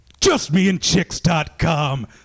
JustMeAndChicks.com